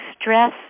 stress